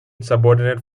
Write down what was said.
subordinate